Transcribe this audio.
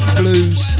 blues